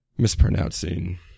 mispronouncing